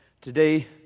Today